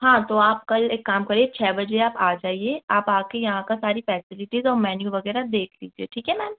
हाँ तो आप कल एक काम करिए छ बजे आप आ जाइए आप आ के यहाँ का सारी फेसिलिटीज़ और मैन्यू वगैरह देख लीजिए ठीक है मैम